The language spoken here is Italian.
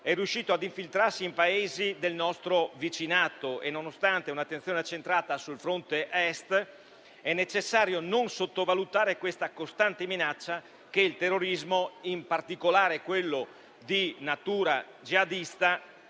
è riuscito ad infiltrarsi in Paesi del nostro vicinato. Nonostante un'attenzione centrata sul fronte Est, è necessario non sottovalutare questa costante minaccia che il terrorismo, in particolare di natura jihadista,